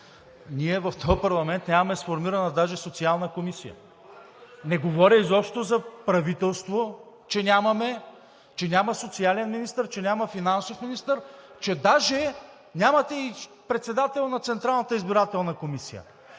ние в този парламент нямаме сформирана даже Социална комисия. Не говоря изобщо за правителство, че нямаме, че няма социален министър, че няма финансов министър, че даже нямате и председател на Централната избирателна комисия.